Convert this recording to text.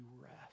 rest